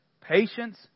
patience